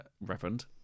Reverend